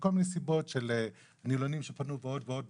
מכל מיני סיבות של נילונים שפנו בעוד ועוד בקשות.